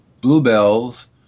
bluebells